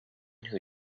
who